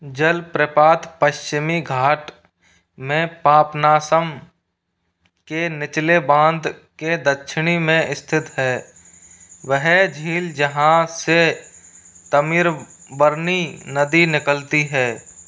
जलप्रपात पश्चिमी घाट में पापनासम के निचले बांध के दक्षिणी में स्थित है वह झील जहाँ से तमिराबरानी नदी निकलती है